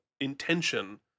intention